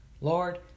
Lord